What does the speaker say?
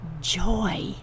Joy